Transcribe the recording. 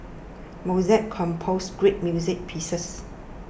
Mozart composed great music pieces